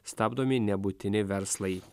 stabdomi nebūtini verslai